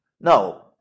No